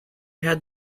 had